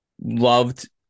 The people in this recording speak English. loved